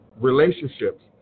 relationships